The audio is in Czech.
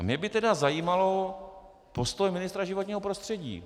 Mě by tedy zajímal postoj ministra životního prostředí.